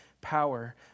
power